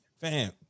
fam